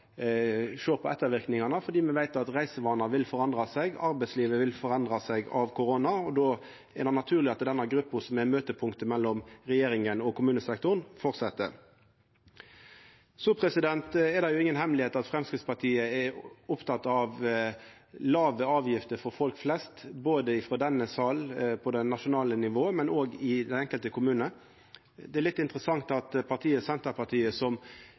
vil forandra seg, arbeidslivet vil forandra seg av korona. Då er det naturleg at denne gruppa, som er møtepunktet mellom regjeringa og kommunesektoren, fortset. Så er det inga hemmelegheit at Framstegspartiet er oppteke av låge avgifter for folk flest, både i denne salen på det nasjonale nivået og i den enkelte kommune. Det er litt interessant at Senterpartiet, som